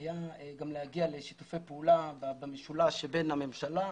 היה גם להגיע לשיתופי פעולה במשולש שבין הממשלה,